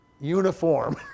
uniform